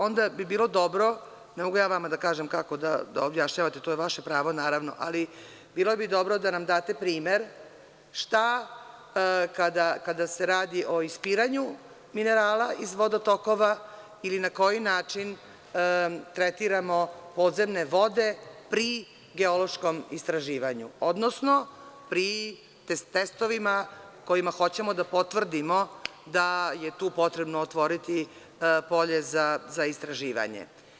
Onda bi bilo dobro, ne mogu ja vama da kažem kako da objašnjavate, to je vaše pravo, ali bilo bi dobro da nam date primer šta kada se radi o ispiranju minerala iz vodotokova ili na koji način tretiramo podzemne vode pri geološkom istraživanju, odnosno pri testovima kojima hoćemo da potvrdimo da je tu potrebno otvoriti polje za istraživanje.